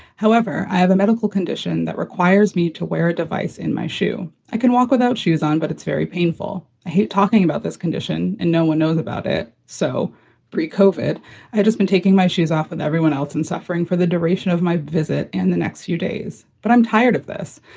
however, i have a medical condition that requires me to wear a device in my shoe. i can walk without shoes on, but it's very painful. i hate talking about this condition and no one knows about it. so grekov i just been taking my shoes off with everyone else and suffering for the duration of my visit and the next few days. but i'm tired of this.